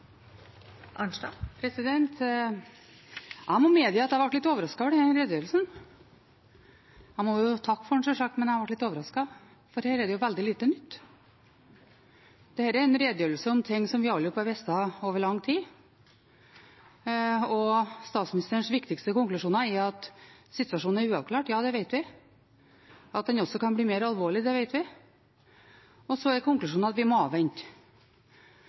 Jeg må medgi at jeg ble litt overrasket over denne redegjørelsen. Jeg må jo takke for den, selvsagt, men jeg ble litt overrasket, for her er det jo veldig lite nytt. Dette er en redegjørelse om ting som vi alle har visst over lang tid, og statsministerens viktigste konklusjoner er at situasjonen er uavklart. Ja, det vet vi. At den også kan bli mer alvorlig, det vet vi. Og så er konklusjonen at vi må avvente.